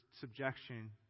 subjection